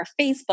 Facebook